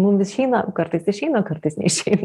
mum vis išeina kartais išeina kartais neišeina